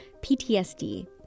PTSD